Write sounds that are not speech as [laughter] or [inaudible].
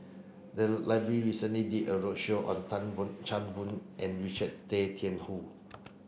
the [unintelligible] library recently did a roadshow on Tan Boon Chan Boon and Richard Tay Tian Hoe